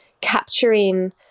capturing